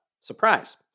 Surprise